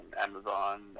Amazon